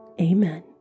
amen